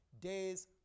days